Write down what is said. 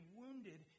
wounded